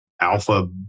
alpha